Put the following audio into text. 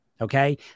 Okay